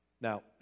Now